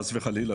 חס וחלילה,